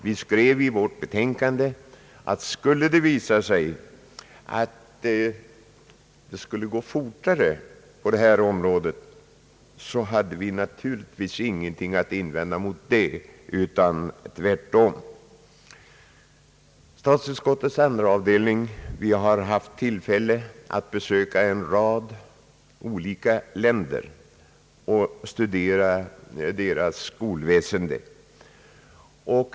Vi skrev i vårt betänkande att om det skulle visa sig gå fortare än vi förutsett på det här området så hade vi givetvis ingenting att invända mot det utan tvärtom. Vi i statsutskottets andra avdelning har haft tillfälle att besöka en rad olika länder och studera deras skolväsende.